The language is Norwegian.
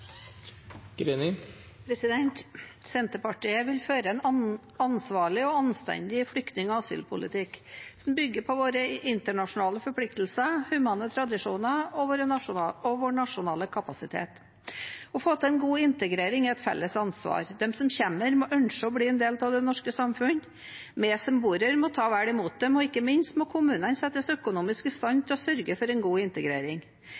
anstendig flyktning- og asylpolitikk som bygger på våre internasjonale forpliktelser, humane tradisjoner og vår nasjonale kapasitet. Å få til en god integrering er et felles ansvar. De som kommer hit, må ønske å bli en del av det norske samfunn, vi som bor her, må ta vel imot dem, og ikke minst må kommunene settes økonomisk i stand til å sørge for en god integrering.